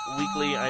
weekly